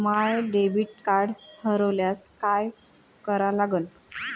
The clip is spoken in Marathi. माय डेबिट कार्ड हरोल्यास काय करा लागन?